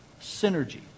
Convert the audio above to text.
synergy